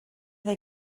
they